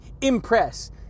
impress